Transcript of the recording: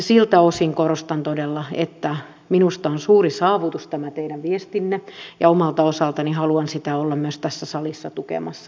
siltä osin korostan todella että minusta on suuri saavutus tämä teidän viestinne ja omalta osaltani haluan sitä olla myös tässä salissa tukemassa